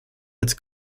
als